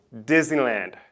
Disneyland